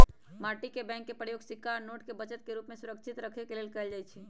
माटी के बैंक के प्रयोग सिक्का आ नोट के बचत के रूप में सुरक्षित रखे लेल कएल जाइ छइ